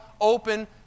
open